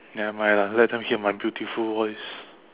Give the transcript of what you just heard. nevermind lah let them hear my beautiful voice